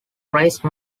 raise